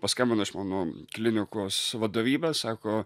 paskambino iš mano klinikos vadovybė sako